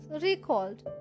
recalled